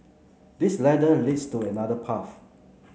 this ladder leads to another path